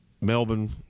Melbourne